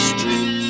Street